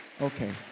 okay